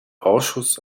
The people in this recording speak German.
ausschuss